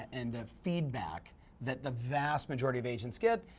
and the feedback that the vast majority of agents get,